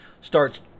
starts